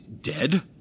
Dead